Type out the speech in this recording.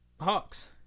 Hawks